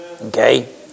Okay